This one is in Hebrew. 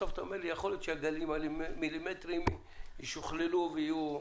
בסוף אתה אומר לי שיכול להיות שהגלים המילימטריים ישוכללו ויהיו תחליף.